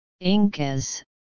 Incas